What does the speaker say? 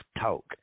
talk